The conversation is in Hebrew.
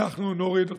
אנחנו נוריד אותו".